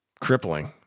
crippling